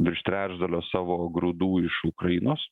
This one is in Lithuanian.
virš trečdalio savo grūdų iš ukrainos